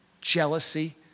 jealousy